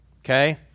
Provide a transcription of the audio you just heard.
Okay